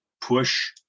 push